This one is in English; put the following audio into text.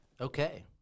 Okay